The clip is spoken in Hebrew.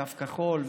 קו כחול,